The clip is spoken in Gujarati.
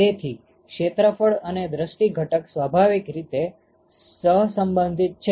તેથી ક્ષેત્રફળ અને દ્રષ્ટી ઘટક સ્વભાવીક રીતે સહસંબંધિત છે